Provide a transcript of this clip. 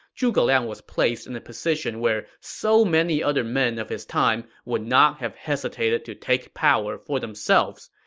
zhuge liang was placed in a position where so many other men of his time would not have hesitated to take power for themselves.